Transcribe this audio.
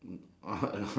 the car right